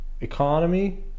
economy